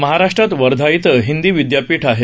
महाराष्ट्रात वर्धा इथं हिंदी विद्यापीठ आहे